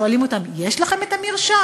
שואלים אותם: יש לכם את המרשם?